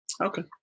Okay